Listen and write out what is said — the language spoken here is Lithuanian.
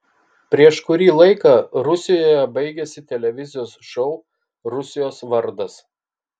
prieš kurį laiką rusijoje baigėsi televizijos šou rusijos vardas